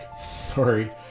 sorry